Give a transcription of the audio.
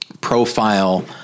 profile